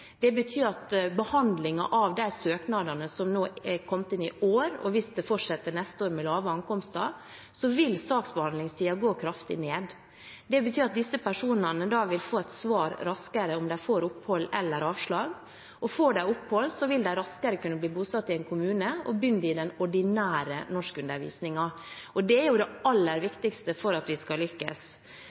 Det betyr at når det gjelder behandlingen av de søknadene som er kommet inn i år – og hvis det fortsetter neste år med lave ankomsttall – vil saksbehandlingstiden gå kraftig ned. Det betyr at disse personene vil få svar raskere på om de får opphold eller avslag, og får de opphold, vil de raskere kunne bli bosatt i en kommune og begynne i den ordinære norskundervisningen. Det er det aller viktigste for at vi skal lykkes.